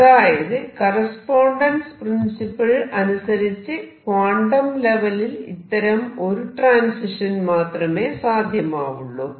അതായത് correspondence principle അനുസരിച്ച് quantum ലെവലിൽ ഇത്തരം ഒരു ട്രാൻസിഷൻ മാത്രമേ സാധ്യമാവുള്ളൂ